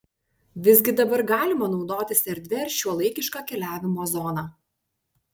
visgi dabar galima naudotis erdvia ir šiuolaikiška keliavimo zona